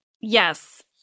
Yes